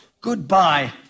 Goodbye